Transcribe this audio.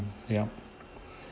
yup